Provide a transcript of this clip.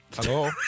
hello